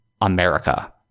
America